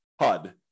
HUD